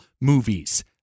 movies